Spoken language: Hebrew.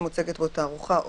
נוסף על האמור בפסקאות משנה (א)